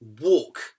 walk